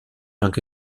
anche